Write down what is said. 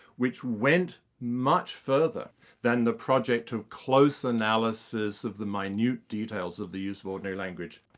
which went much further than the project of close analysis of the minute details of the use of ordinary language.